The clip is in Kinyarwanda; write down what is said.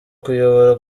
kuyobora